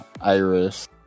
Iris